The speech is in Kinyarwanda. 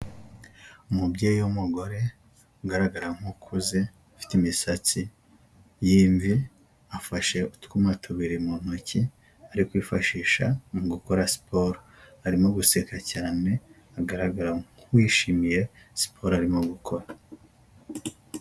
Umubyeyi w'umugore ugaragara nk'ukuze, ufite imisatsi y'imvi, afashe utwuma tubiri mu ntoki ari kwifashisha mu gukora siporo arimo guseka cyane agaragara nk'uwishimiye siporo arimo gukora.